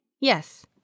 Yes